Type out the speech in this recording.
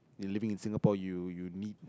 you living in Singapore you you need